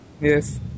Yes